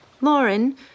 Lauren